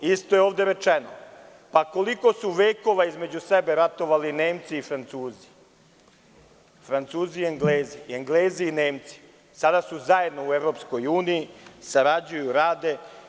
Isto je ovde rečeno – pa, koliko su vekova između sebe ratovali Nemci i Francuzi, Francuzi i Englezi, Englezi i Nemci, a sada su zajedno u EU, sarađuju i rade.